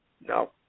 No